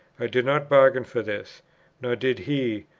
i did not bargain for this nor did he,